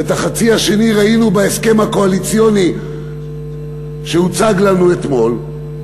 ואת החצי השני ראינו בהסכם הקואליציוני שהוצג לנו אתמול,